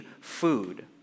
food